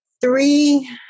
three